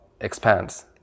expands